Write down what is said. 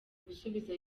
gusubiza